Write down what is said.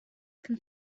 can